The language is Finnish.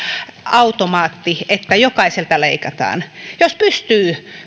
automaatti että jokaiselta leikataan jos pystyy